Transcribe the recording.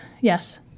yes